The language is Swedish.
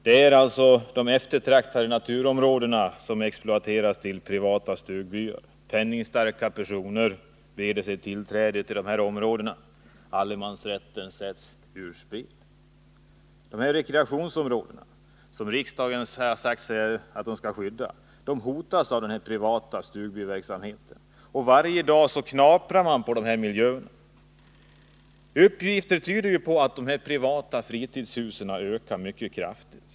Det är alltså de eftertraktade naturområdena som exploateras till privata stugbyar. Penningstarka personer bereder sig tillträde till dessa områden. Allemansrätten sätts ur spel. Dessa rekreationsområden, som riksdagen har sagt skall skyddas, hotas av denna privata stugbyverksamhet. Varje dag knaprar man på dessa miljöer. Uppgifter tyder på att antalet privata fritidshus ökar mycket kraftigt.